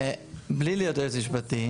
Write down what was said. בלי להיות יועץ משפטי,